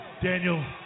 Daniel